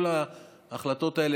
כל ההחלטות האלה,